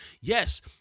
Yes